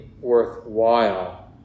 worthwhile